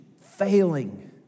failing